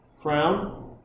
crown